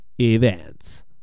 events